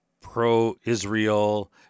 pro-Israel